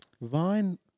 Vine